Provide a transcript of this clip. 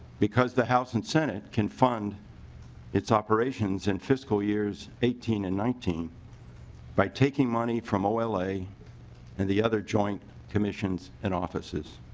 because the house and senate can fund its operations in fiscal years eighteen and nineteen by taking money from ola and the other joint commissions and offices.